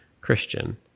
Christian